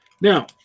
Now